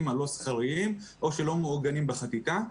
הלא סחירים או שלא מעוגנים בחקיקה,